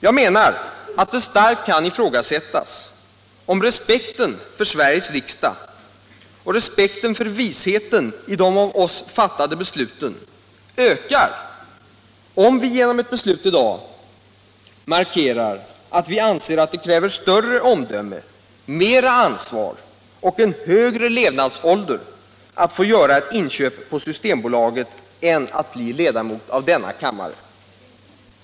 Det kan starkt ifrå Onsdagen den gasättas om respekten för Sveriges riksdag och respekten för visheten 27 april 1977 i de av oss fattade besluten ökar om vi genom ett beslut i dag markerar att vi anser att det kräver större omdöme, mer ansvar och en högre Alkoholpolitiken levnadsålder att få göra ett inköp på systembolaget än att bli ledamot av denna kammare.